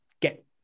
get